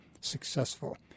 successful